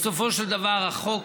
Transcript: בסופו של דבר החוק